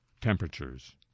temperatures